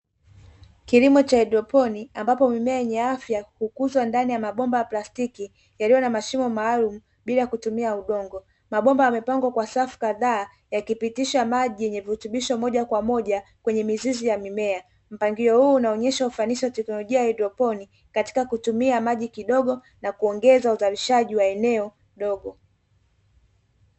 Kilimo cha hydroponi, ambapo mimea yenye afya hukuza ndani ya mabomba ya plastiki, yaliyo na mashimo maalumu bila kutumia udongo. Mabomba yamepangwa kwa safu kadhaa yakipitisha maji yenye virutubisho moja kwa moja kwenye mizizi ya mimea , mpangilio huu unaonyesha ufanisi wa teknolojia ya hydroponi katika kutumia maji kidogo na kuongeza uzalishaji wa eneo dogo .